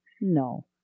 No